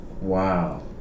Wow